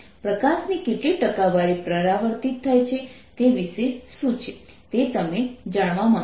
પ્રકાશની કેટલી ટકાવારી પરાવર્તિત થાય છે તે વિશે શું છે તે તમે જાણવા માગો છો